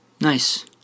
Nice